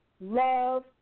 love